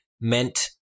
meant